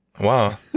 Wow